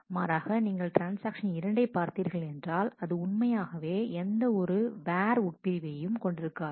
மாறாக நீங்கள் ட்ரான்ஸ்ஆக்ஷன் இரண்டை பார்த்தீர்கள் என்றால் அது உண்மையாகவே எந்த ஒரு வேர் உட்பிரிவையும் கொண்டிருக்காது